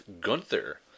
Gunther